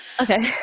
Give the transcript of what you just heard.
Okay